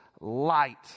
light